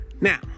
Now